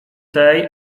tej